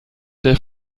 der